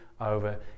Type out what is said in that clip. over